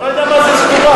לא יודע מה זה "סדורה".